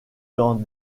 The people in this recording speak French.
dans